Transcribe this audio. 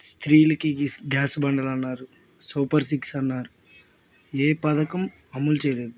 స్త్రీలకు గ్యాస్ బండలు అన్నారు సూపర్ సిక్స్ అన్నారు ఏ పథకం అమలు చేయలేదు